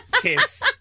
Kiss